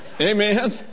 Amen